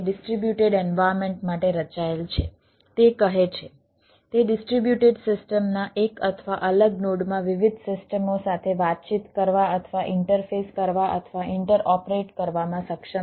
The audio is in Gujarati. ડિસ્ટ્રિબ્યુટેડ એન્વાયર્નમેન્ટ કરવામાં સક્ષમ છે